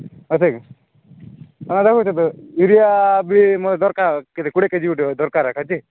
ଅଛି କି ହଁ ଦେଖୁଛି ୟୁରିଆ ବି ମୋର ଦରକାର୍ କେତେ କୋଡ଼ିଏ କେ ଜି ଗୋଟେ ଦରକାର୍ ଅଛି ଯେ